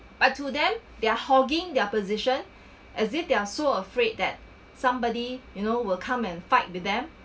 but to them they're hogging their position as it they're so afraid that somebody you know will come and fight with them